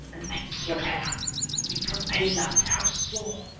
and i killed her because i loved her so.